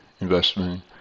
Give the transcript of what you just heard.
investment